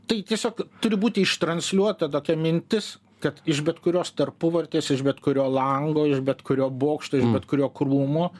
tai tiesiog turi būti ištransliuota tokia mintis kad iš bet kurios tarpuvartės iš bet kurio lango iš bet kurio bokšto iš bet kurio krūmo